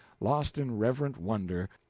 lost in reverent wonder,